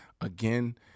again